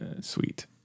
sweet